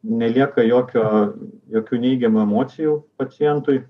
nelieka jokio jokių neigiamų emocijų pacientui